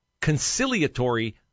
conciliatory